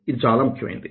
ఇది చాలా ముఖ్యమైనది